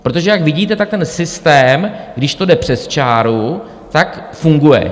Protože jak vidíte, tak ten systém, když to jde přes čáru, tak funguje.